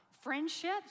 friendships